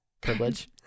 Privilege